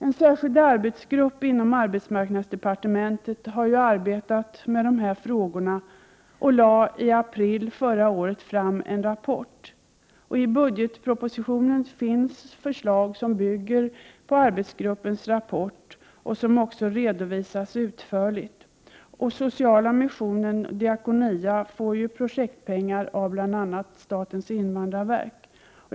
En särskild arbetsgrupp inom arbetsmarknadsdepartementet har arbetat med de här frågorna och lade i april förra året fram en rapport. I budgetpropositionen finns förslag som bygger på arbetsgruppens rapport och även redovisas utförligt. Sociala missionen/Diakonia får projektpengar av bl.a. statens invandrarverk.